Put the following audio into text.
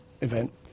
event